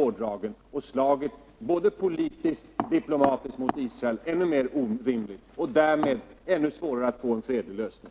slaget mot Israel både politiskt och diplomatiskt ännu mer orimligt. Därmed blir det ännu svårare att få till stånd en fredlig lösning.